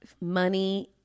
money